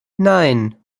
nein